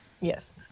yes